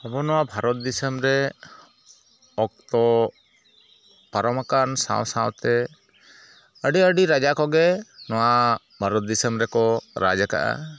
ᱟᱵᱚ ᱱᱚᱣᱟ ᱵᱷᱟᱨᱚᱛ ᱫᱤᱥᱚᱢ ᱨᱮ ᱚᱠᱛᱚ ᱯᱟᱨᱚᱢᱟᱠᱟᱱ ᱥᱟᱶ ᱥᱟᱶᱛᱮ ᱟᱹᱰᱤ ᱟᱹᱰᱤ ᱨᱟᱡᱟ ᱠᱚᱜᱮ ᱱᱚᱣᱟ ᱵᱷᱟᱨᱚᱛ ᱫᱤᱥᱚᱢ ᱨᱮᱠᱚ ᱨᱟᱡᱽ ᱟᱠᱟᱜᱼᱟ